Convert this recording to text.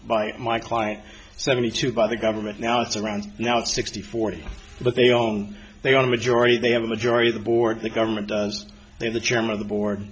by my client seventy two by the government now it's around now it's sixty forty but they own they are majority they have a majority of the board the government does and the chairman of the board